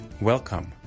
Welcome